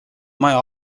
maja